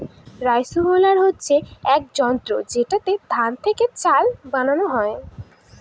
rice huller হচ্ছে এক যন্ত্র যেটাতে ধান থেকে চাল বানানো হয়